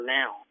now